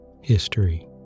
History